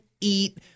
eat